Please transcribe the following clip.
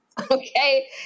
Okay